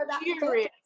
curious